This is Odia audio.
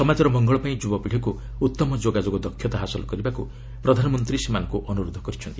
ସମାଜର ମଙ୍ଗଳପାଇଁ ଯୁବପିଢ଼ିକୁ ଉତ୍ତମ ଯୋଗାଯୋଗ ଦକ୍ଷତା ହାସଲ କରିବାକୁ ପ୍ରଧାନମନ୍ତ୍ରୀ ସେମାନଙ୍କୁ ଅନୁରୋଧ କରିଛନ୍ତି